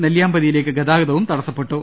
നെല്ലിയാമ്പതിയിലേക്ക് ഗതാഗതവും തടസ്സപ്പെട്ടു